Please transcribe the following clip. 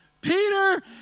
Peter